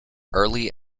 early